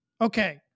Okay